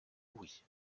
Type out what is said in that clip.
louis